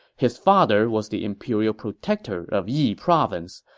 his father was the imperial protector of yi province,